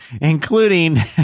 including